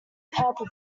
purple